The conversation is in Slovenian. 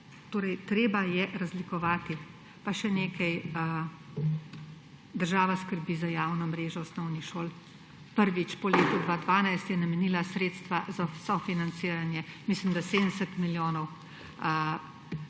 Treba je razlikovati. Pa še nekaj, država skrbi za javno mrežo osnovnih šol. Prvič po letu 2012 je namenila sredstva za sofinanciranje, mislim da, 70 milijonov